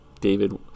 David